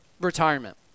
retirement